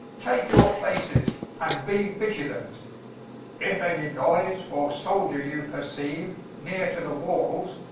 take your places, and be vigilant if any noyse or souldier you perceiue neere to the walles,